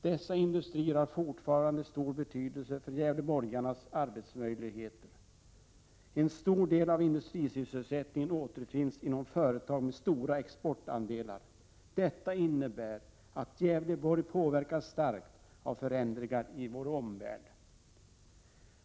Dessa industrier har fortfarande stor betydelse för gävleborgarnas arbetsmöjligheter. En stor del av industrisysselsättningen återfinns inom företag med stora exportandelar. Detta innebär att Gävleborg påverkas starkt av förändringar i vår omvärld.